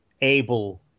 able